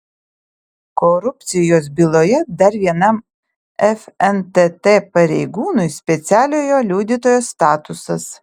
korupcijos byloje dar vienam fntt pareigūnui specialiojo liudytojo statusas